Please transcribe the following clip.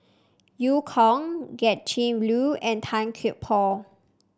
Eu Kong Gretchen Liu and Tan Kian Por